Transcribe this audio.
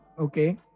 Okay